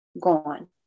gone